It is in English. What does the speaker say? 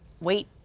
wait